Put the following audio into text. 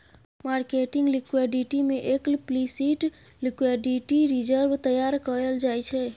marketing liquidity में explicit liquidity reserve तैयार कएल जाइ छै